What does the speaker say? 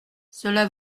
cela